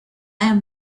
have